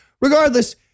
Regardless